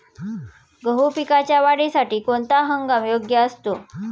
गहू पिकाच्या वाढीसाठी कोणता हंगाम योग्य असतो?